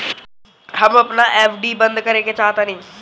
हम अपन एफ.डी बंद करेके चाहातानी